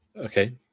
Okay